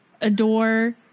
adore